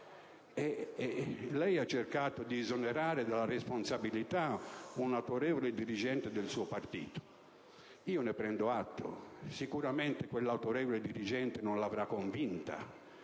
Lei ha cercato di esonerare dalla sua responsabilità un autorevole dirigente del suo partito; ne prendo atto. Sicuramente quell'autorevole dirigente non l'avrà convinta.